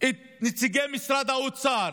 את נציגי משרד האוצר